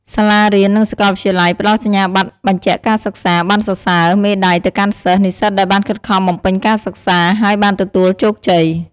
សាលារៀន និងសកលវិទ្យាល័យផ្ដល់សញ្ញាបត្របញ្ជាក់ការសិក្សា ប័ណ្ណសរសើរ មេដាយទៅកាន់សិស្សនិស្សិតដែលបានខិតខំបំពេញការសិក្សា ហើយបានទទួលជោគជ័យ។